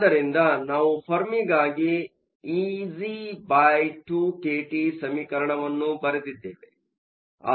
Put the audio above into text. ಆದ್ದರಿಂದ ನಾವು ಫರ್ಮಿ ಗಾಗಿ Eg2kT ಸಮೀಕರಣವನ್ನು ಬರೆದಿದ್ದೇವೆ